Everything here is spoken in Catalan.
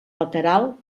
lateral